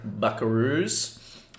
buckaroos